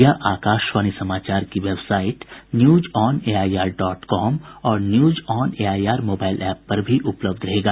यह आकाशवाणी समाचार की website news on AIR dot com और news on AIR mobile app पर भी उपलब्ध रहेगा